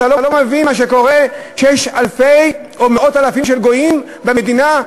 אתם לא מבינים מה שקורה כשיש אלפי או מאות אלפים של גויים במדינה?